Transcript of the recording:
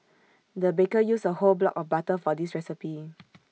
the baker used A whole block of butter for this recipe